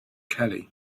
kelly